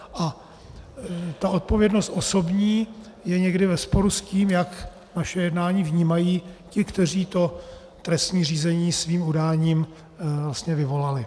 A ta odpovědnost osobní je někdy ve sporu s tím, jak naše jednání vnímají ti, kteří to trestní řízení svým udáním vlastně vyvolali.